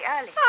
early